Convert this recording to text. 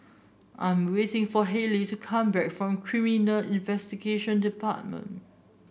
I'm waiting for Halie to come back from Criminal Investigation Department